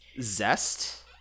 zest